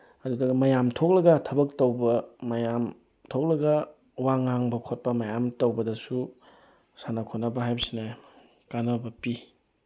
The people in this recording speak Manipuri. ꯑꯗꯨꯗꯨꯒ ꯃꯌꯥꯝ ꯊꯣꯛꯂꯒ ꯊꯕꯛ ꯇꯧꯕ ꯃꯌꯥꯝ ꯊꯣꯛꯂꯒ ꯋꯥ ꯉꯥꯡꯕ ꯈꯣꯠꯄ ꯃꯌꯥꯝ ꯇꯧꯕꯗꯁꯨ ꯁꯥꯟꯅ ꯈꯣꯠꯅꯕ ꯍꯥꯏꯕꯁꯤꯅ ꯀꯥꯟꯅꯕ ꯄꯤ